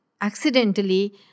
accidentally